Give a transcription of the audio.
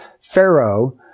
Pharaoh